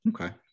okay